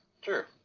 Sure